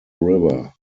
river